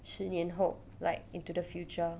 十年后 like into the future